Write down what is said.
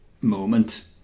moment